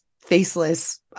faceless